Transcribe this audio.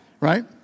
Right